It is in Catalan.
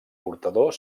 portador